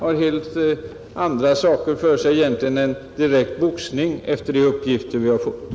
De har enligt de uppgifter vi har fått helt andra saker för sig än direkt boxning.